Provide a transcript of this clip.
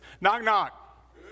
Knock-knock